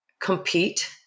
compete